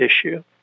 issue